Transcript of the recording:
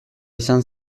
izan